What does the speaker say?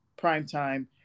primetime